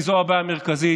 כי זו הבעיה המרכזית,